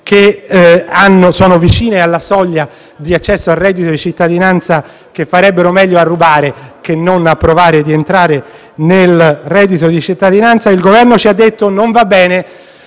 che sono vicine alla soglia di accesso al reddito di cittadinanza che farebbero meglio a rubare che non a provare ad accedere al reddito di cittadinanza. Il Governo ci ha detto che non va bene